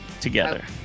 together